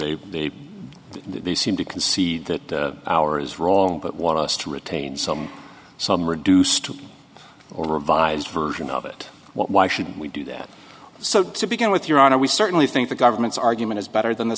they they do seem to concede that our is wrong but want us to retain some some reduced or revised version of it why should we do that so to begin with your honor we certainly think the government's argument is better than the